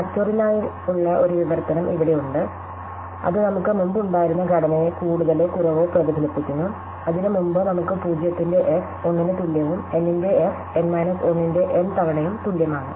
ഫാക്റ്റോറിയലിനായുള്ള ഒരു വിവർത്തനം ഇവിടെയുണ്ട് അത് നമുക്ക് മുമ്പ് ഉണ്ടായിരുന്ന ഘടനയെ കൂടുതലോ കുറവോ പ്രതിഫലിപ്പിക്കുന്നു അതിനുമുമ്പ് നമുക്ക് 0 ന്റെ f 1 ന് തുല്യവും n ന്റെ f n മൈനസ് 1 ന്റെ n തവണയും തുല്യമാണ്